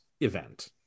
event